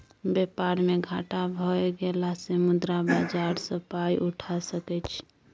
बेपार मे घाटा भए गेलासँ मुद्रा बाजार सँ पाय उठा सकय छी